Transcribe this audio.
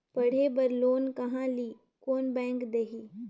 पढ़े बर लोन कहा ली? कोन बैंक देही?